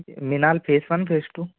Minal phase one phase to